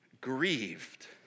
Grieved